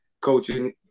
coaching